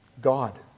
God